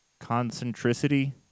concentricity